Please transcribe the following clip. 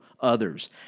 others